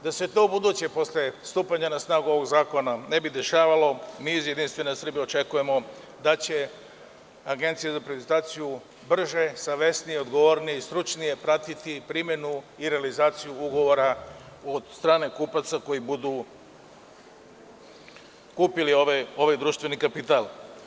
Da se to ubuduće, posle stupanja na snagu ovog zakona ne bi dešavalo, mi iz JS očekujemo da će Agencija za privatizaciju brže, savesnije, odgovornije i stručnije pratiti primenu i realizaciju ugovora od strane kupaca koji budu kupili ovaj društveni kapital.